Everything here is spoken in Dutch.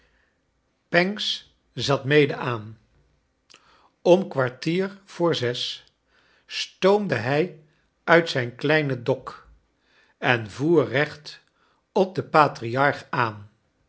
pancks zat mede aan om k war tier voor zes stoomde hij uit zijn kleine dok en voer recht op den patriarch aan